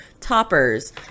toppers